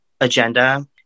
agenda